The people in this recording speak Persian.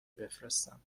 بفرستم